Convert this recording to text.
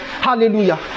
Hallelujah